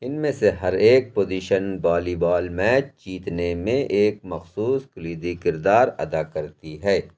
ان میں سے ہر ایک پوزیشن والی بال میچ جیتنے میں ایک مخصوص کلیدی کردار ادا کرتی ہے